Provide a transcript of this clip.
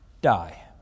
Die